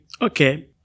okay